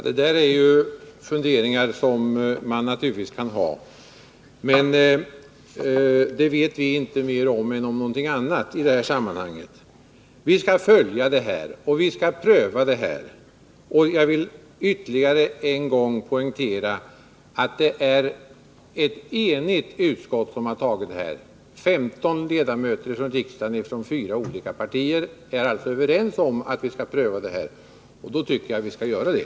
Herr talman! Sådana funderingar kan man naturligtvis ha, men vi vet ingenting om detta. Jag vill ännu en gång poängtera att det är ett enigt utskott som har tillstyrkt förslaget. 14 ledamöter från fyra olika partier i riksdagen är överens om att pröva den här ordningen. Då tycker jag att vi också skall göra det.